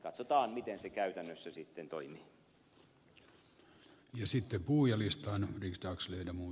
katsotaan miten se käytännössä sitten toimii